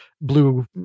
blue